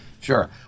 Sure